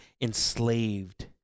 enslaved